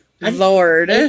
Lord